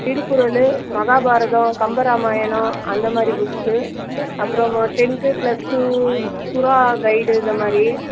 திருக்குறள் மகாபாரதம் கம்பராமாயணம் அந்த மாதிரி புக்ஸ்ஸு அப்புறம் tenth plus two Sura guide இந்த மாதிரி